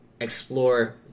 explore